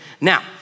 Now